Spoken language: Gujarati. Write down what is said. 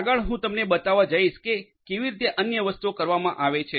આગળ હું તમને બતાવવા જઈશ કે કેવી રીતે અન્ય વસ્તુઓ કરવામાં આવે છે